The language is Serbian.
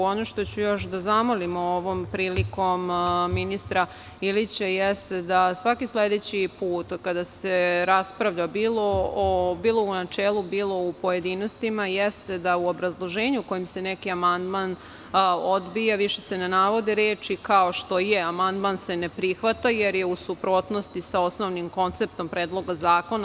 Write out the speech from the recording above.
Ono što ću još da zamolim ovom prilikom ministra Ilića jeste da svaki sledeći put kada se raspravlja bilo u načelu, bilo u pojedinostima, da u obrazloženju kojim se neki amandman odbije više se ne navode reči kao što je – amandman se ne prihvata jer je u suprotnosti sa osnovnim konceptom predloga zakona.